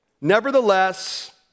Nevertheless